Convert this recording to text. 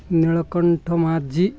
Nilakantha Majhi